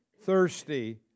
thirsty